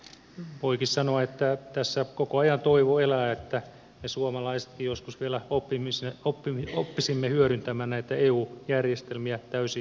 voikin sanoa että tässä koko ajan toivo elää että me suomalaisetkin joskus vielä oppisimme hyödyntämään näitä eu järjestelmiä täysimääräisesti